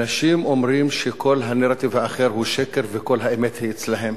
אנשים אומרים שכל הנרטיב האחר הוא שקר וכל האמת היא אצלם.